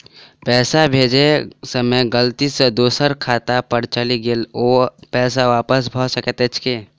पैसा भेजय समय गलती सँ दोसर खाता पर चलि गेला पर ओ पैसा वापस भऽ सकैत अछि की?